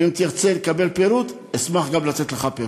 ואם תרצה לקבל פירוט, אשמח גם לתת לך פירוט.